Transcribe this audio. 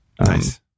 Nice